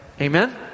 Amen